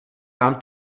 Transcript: vám